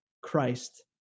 Christ